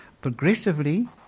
progressively